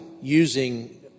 using